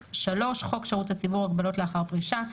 (3)חוק שירות הציבור (הגבלות לאחר פרישה),